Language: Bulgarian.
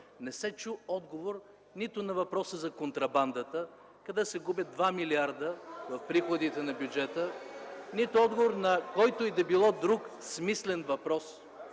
не се чу отговор нито на въпроса за контрабандата, къде се губят два милиарда от приходите на бюджета (реплики от ГЕРБ), нито отговор на който и да било друг смислен въпрос.